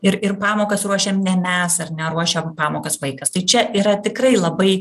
ir ir pamokas ruošiam ne mes ar ne ruošiam pamokas vaikas tai čia yra tikrai labai